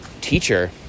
teacher